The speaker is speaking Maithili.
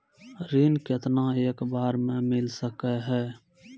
ऋण केतना एक बार मैं मिल सके हेय?